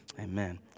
Amen